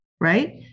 right